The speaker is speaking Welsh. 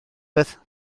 beth